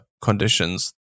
conditions